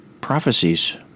prophecies